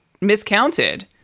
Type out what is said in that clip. miscounted